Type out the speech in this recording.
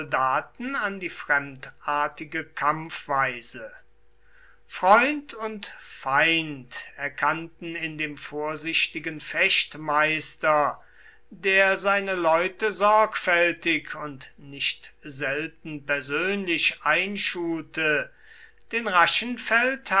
soldaten an die fremdartige kampfweise freund und feind erkannten in dem vorsichtigen fechtmeister der seine leute sorgfältig und nicht selten persönlich einschulte den raschen